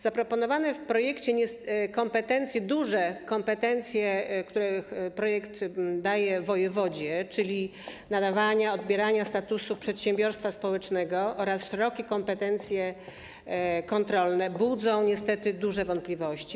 Zaproponowane w projekcie kompetencje, duże kompetencje, które projekt daje wojewodzie w przypadku nadawania i odbierania statusu przedsiębiorstwa społecznego, oraz szerokie kompetencje kontrolne budzą niestety duże wątpliwości.